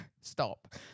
Stop